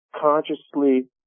consciously